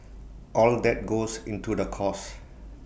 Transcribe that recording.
all that goes into the cost